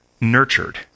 nurtured